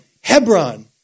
Hebron